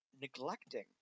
neglecting